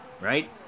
right